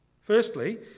firstly